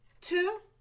two